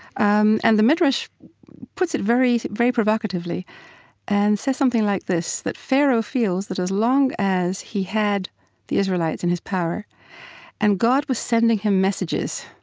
um and the midrash puts it very very provocatively and says something like this, that pharaoh feels that as long as he had the israelites in his power and god was sending him messages